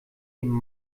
dem